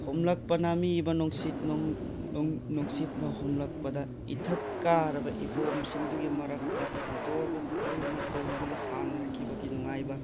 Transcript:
ꯍꯨꯝꯂꯛꯄ ꯅꯥꯃꯤꯕ ꯅꯨꯡꯁꯤꯠ ꯅꯨꯡꯁꯤꯠꯅ ꯍꯨꯝꯂꯛꯛꯄꯗ ꯏꯊꯛ ꯀꯥꯔꯕ ꯏꯄꯣꯝꯁꯤꯡꯗꯨꯒꯤ ꯃꯔꯛꯇ ꯃꯣꯇꯣꯔ ꯕꯣꯠ ꯊꯧꯗꯨꯅ ꯇꯣꯡꯗꯨꯅ ꯁꯥꯟꯅꯔꯛꯈꯤꯕꯒꯤ ꯅꯨꯡꯉꯥꯏꯕ